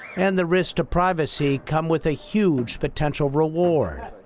and the risks to privacy come with a huge potential reward.